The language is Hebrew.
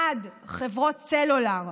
חברות סלולר,